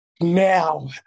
Now